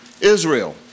Israel